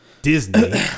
disney